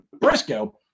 Briscoe